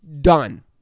Done